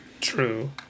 True